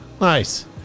nice